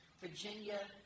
Virginia